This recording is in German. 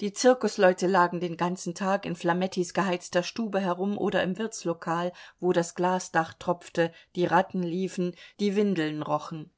die zirkusleute lagen den ganzen tag in flamettis geheizter stube herum oder im wirtslokal wo das glasdach tropfte die ratten liefen die windeln rochen